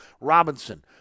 robinson